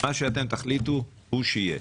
מה שאתם תחליטו הוא שיהיה.